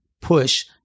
push